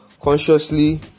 consciously